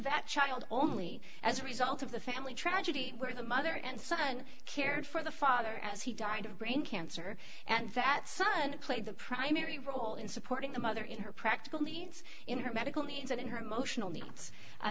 that child only as a result of the family tragedy where the mother and son cared for the father as he died of brain cancer and that son played the primary role in supporting the mother in her practical means in her medical needs and in her emotional needs